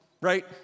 Right